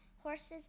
horses